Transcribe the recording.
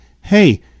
Hey